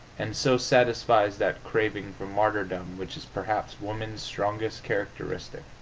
and so satisfies that craving for martyrdom which is perhaps woman's strongest characteristic.